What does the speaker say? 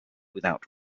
without